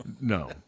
No